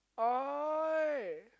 !oi!